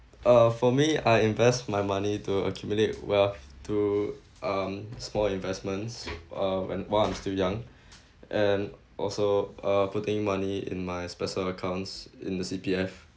uh for me I invest my money to accumulate wealth to um small investments uh when while I'm still young and also uh putting money in my personal accounts in the C_P_F